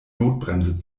notbremse